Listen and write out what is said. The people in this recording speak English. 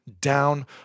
down